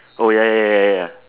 oh ya ya ya ya ya